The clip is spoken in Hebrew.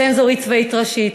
צנזורית צבאית ראשית,